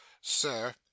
sir